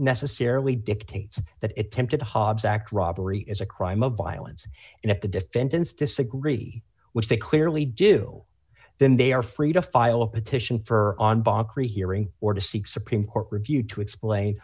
necessarily dictates that attempted hobbs act robbery is a crime of violence and if the defendants disagree which they clearly do then they are free to file a petition for on bank rehearing or to seek supreme court review to explain